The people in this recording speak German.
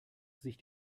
sich